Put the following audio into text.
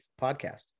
podcast